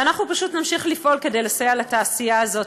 ואנחנו פשוט נמשיך לפעול כדי לסייע לתעשייה הזאת.